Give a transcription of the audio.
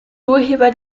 urheber